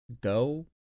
go